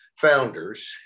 founders